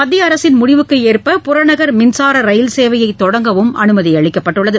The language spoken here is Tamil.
மத்திய அரசின் முடிவுக்கு ஏற்ப புறநகர் மின்சார ரயில்சேவையை தொடங்கவும் அனுமதிக்கப்பட்டுள்ளது